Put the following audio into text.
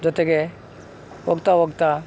ಜೊತೆಗೆ ಹೋಗ್ತಾ ಹೋಗ್ತಾ